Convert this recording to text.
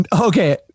Okay